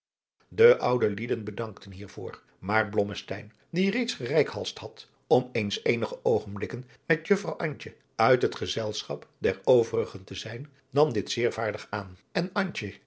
de oude lieden bedankten hiervoor maar blommesteyn die reeds gereikhalsd had om eens eenige oogenblikken met juffrouw antje uit het gezelschap der overige te zijn nam adriaan loosjes pzn het leven van johannes wouter blommesteyn dit zeer vaardig aan en